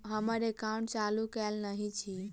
हम्मर एकाउंट चालू केल नहि अछि?